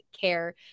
care